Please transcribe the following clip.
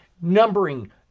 numbering